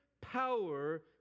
power